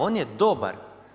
On je dobar.